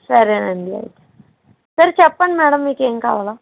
సరేనండి అయితే సరే చెప్పండి మేడమ్ మీకు ఏం కావాలో